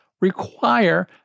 require